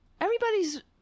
everybody's